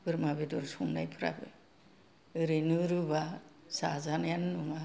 बोरमा बेदर संनायफ्राबो ओरैनो रुबा जाजानायानो नङा